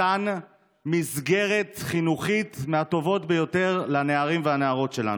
מתן מסגרת חינוכית מהטובות ביותר לנערים והנערות שלנו.